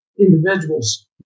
individuals